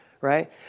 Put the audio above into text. right